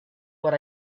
what